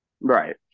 Right